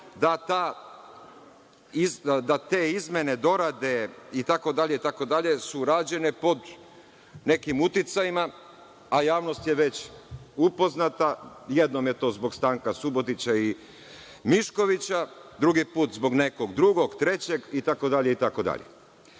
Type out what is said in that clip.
da te izmene, dorade itd, itd su rađene pod nekim uticajima, a javnost je već upoznata. Jednom je to zbog Stanka Subotića i Miškovića, drugi put zbog nekog drugog, trećeg itd, itd. Predlog